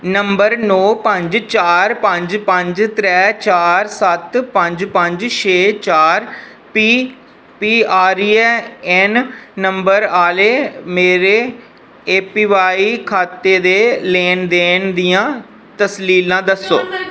number नौ पंज चार पंज पंज त्रैऽ चार सत्त पंज पंज छे चार पीआरएऐन्न नंबर आह्ले मेरे एपीवाई खाते दे लेन देन दियां तफ्सीलां दस्सो